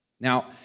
Now